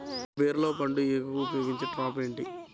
బీరలో పండు ఈగకు ఉపయోగించే ట్రాప్ ఏది?